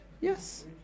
yes